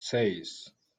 seis